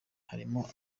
harimo